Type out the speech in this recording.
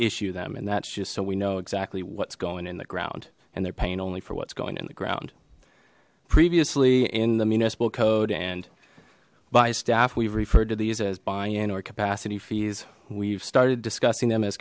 issue them and that's just so we know exactly what's going in the ground and they're paying only for what's going in the ground previously in the municipal code and by staff we've referred to these as buy in or capacity fees we've started discussing them as